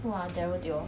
!wah!